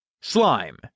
Slime